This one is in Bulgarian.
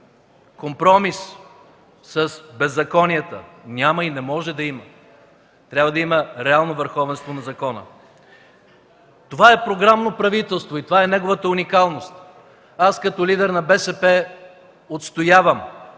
Компромис с беззаконията няма и не може да има. Трябва да има реално върховенство на закона. Това е програмно правителство и това е неговата уникалност. Като лидер на БСП отстоявам